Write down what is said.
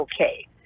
okay